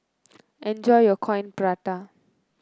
enjoy your Coin Prata